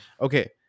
Okay